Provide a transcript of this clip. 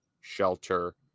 shelter